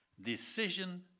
decision